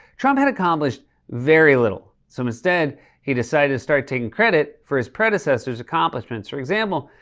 trump had accomplished very little. so instead he decided to start taking credit for his predecessor's accomplishments. for example,